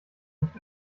nicht